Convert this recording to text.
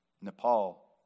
Nepal